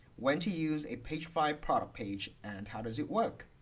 when to use a pagefly product page and how does it work?